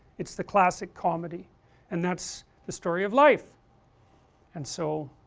it's the classic comedy and that's the story of life and so,